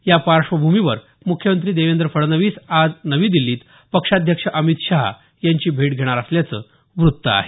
या पार्श्वभूमीवर मुख्यमंत्री देवेंद्र फडणवीस आज नवी दिल्लीत पक्षाध्यक्ष अमित शहा यांची भेट घेणार असल्याचं वृत्त आहे